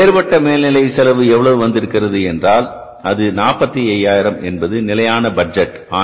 இப்போது வேறுபட்ட மேல்நிலை செலவு எவ்வளவு வந்திருக்கிறது என்றால் அது 45000 என்பது நிலையான பட்ஜெட்